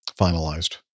finalized